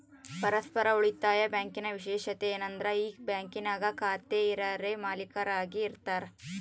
ಪರಸ್ಪರ ಉಳಿತಾಯ ಬ್ಯಾಂಕಿನ ವಿಶೇಷತೆ ಏನಂದ್ರ ಈ ಬ್ಯಾಂಕಿನಾಗ ಖಾತೆ ಇರರೇ ಮಾಲೀಕರಾಗಿ ಇರತಾರ